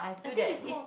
I think is more